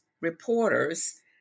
reporters